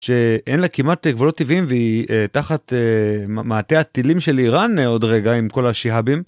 שאין לה כמעט גבולות טבעיים והיא תחת מעטה הטילים של איראן עוד רגע עם כל השיהאבים.